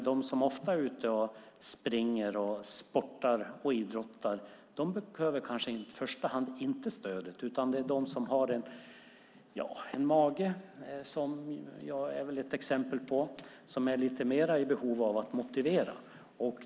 De som ofta är ute och springer, sportar och idrottar behöver kanske inte stödet i första hand, utan det är de som har en mage - vilket jag är ett exempel på - som är i lite mer behov av att motiveras.